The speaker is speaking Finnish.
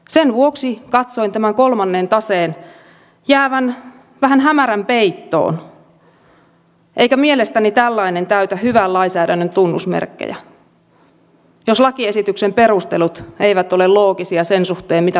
sen vuoksi katsoin tämän kolmannen taseen jäävän vähän hämärän peittoon eikä mielestäni tällainen täytä hyvän lainsäädännön tunnusmerkkejä jos lakiesityksen perustelut eivät ole loogisia sen suhteen mitä pykäliin esitetään